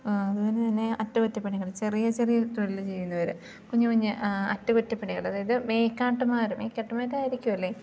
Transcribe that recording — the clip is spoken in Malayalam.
അതുപോലെ തന്നെ അറ്റകുറ്റപ്പണികൾ ചെറിയ ചെറിയ തൊഴിൽ ചെയ്യുന്നവർ കുഞ്ഞു കുഞ്ഞ് അറ്റകുറ്റപ്പണികൾ അതായത് മേക്കാട്ടുമാർ മേക്കാട്ടുമാരായിരിക്കും അല്ലേ